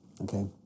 Okay